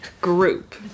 group